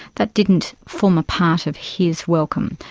that didn't form a part of his welcome.